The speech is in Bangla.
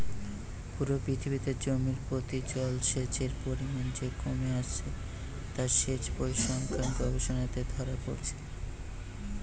পুরো পৃথিবীতে জমি প্রতি জলসেচের পরিমাণ যে কমে আসছে তা সেচ পরিসংখ্যান গবেষণাতে ধোরা পড়ছে